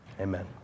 Amen